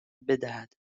بدهد